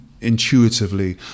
intuitively